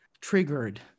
triggered